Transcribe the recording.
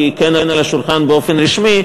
כי היא כן על השולחן באופן רשמי,